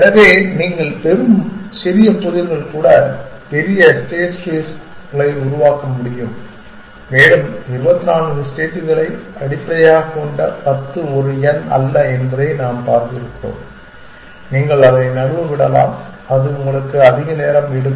எனவே நீங்கள் பெறும் சிறிய புதிர்கள் கூட பெரிய ஸ்டேட் ஸ்பேஸ்களை உருவாக்க முடியும் மேலும் 24 ஸ்டேட்களை அடிப்படையாகக் கொண்ட 10 ஒரு எண் அல்ல என்பதை நாம் பார்த்திருக்கிறோம் நீங்கள் அதை நழுவ விடலாம் அது உங்களுக்கு அதிக நேரம் எடுக்கும்